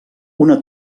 una